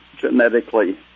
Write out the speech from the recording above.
genetically